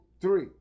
three